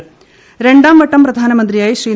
്രിണ്ടാംവട്ടം പ്രധാനമന്ത്രിയായി ശ്രീ